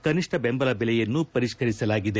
ಕನಿಷ್ಠ ಬೆಂಬಲ ಬೆಲೆಯನ್ನು ಪರಿಷ್ಕರಿಸಲಾಗಿದೆ